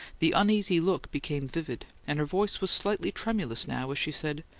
the uneasy look became vivid, and her voice was slightly tremulous now, as she said,